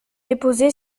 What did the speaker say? déposé